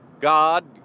God